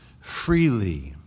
freely